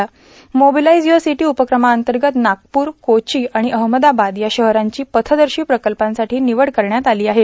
mobilise your city उपक्रमांतगत नागपूर कोची आर्गण अहमदाबाद या शहरांची पथदर्शा प्रकल्पांसाठी र्निवड करण्यात आली आहे